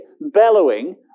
bellowing